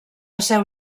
seu